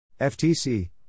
FTC